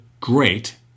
great